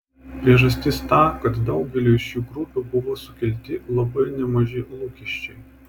priežastis ta kad daugeliui šių grupių buvo sukelti labai nemaži lūkesčiai